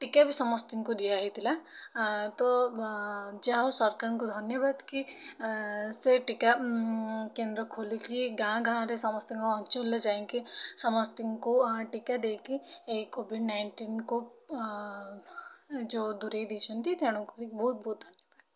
ଟୀକା ବି ସମସ୍ତିଙ୍କୁ ଦିଆହେଇଥିଲା ତ ଯାହା ହଉ ସରକାରଙ୍କୁ ଧନ୍ୟବାଦ୍ କି ସେ ଟୀକା କେନ୍ଦ୍ର ଖୋଲିକି ଗାଁ'ରେ ଗାଁ'ରେ ସମସ୍ତିଙ୍କ ଅଞ୍ଚଳରେ ଯାଇକି ସମସ୍ତିଙ୍କୁ ଟୀକା ଦେଇକି ଏଇ କୋଭିଡ୍ ନାଇନଣ୍ଟିନ୍ କୁ ଯୋଉ ଦୂରେଇ ଦେଇଛନ୍ତି ତେଣୁ କରିକି ବହୁତ୍ ବହୁତ୍ ଧନ୍ୟବାଦ